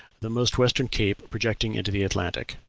the most western cape projecting into the atlantic.